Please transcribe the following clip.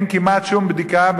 אין כמעט שום בדיקה,